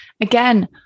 Again